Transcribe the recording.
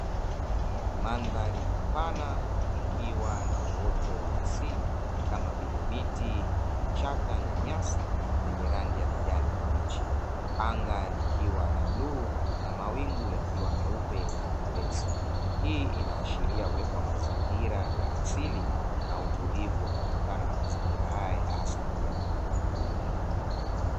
Mandhari pana ikiwa na uoto wa asili, kama vile; miti, vichaka na nyasi zenye rangi ya kijani kibichi. Anga likiwa la bluu na mawingu yakiwa meupe na mepesi. Hii inashiria uwepo wa mazingira ya asili na utulivu unaotokana na mazingira haya ya asilia.